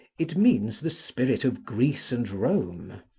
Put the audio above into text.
it means the spirit of greece and rome,